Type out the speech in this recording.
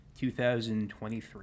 2023